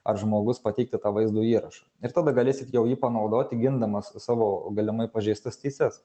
ar žmogus pateikti tą vaizdo įrašą ir tada galėsit jau jį panaudoti gindamas savo galimai pažeistas teises